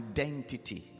Identity